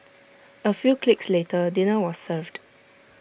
A few clicks later dinner was served